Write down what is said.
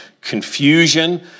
confusion